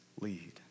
lead